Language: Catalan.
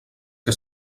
que